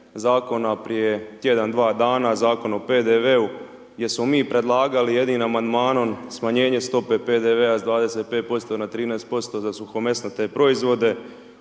zakona prije tjedan, dva dana Zakona o PDV-u gdje smo mi predlagali jedinim amandmanom smanjenje stope PDV-a s 25% na 13% za suhomesnate proizvode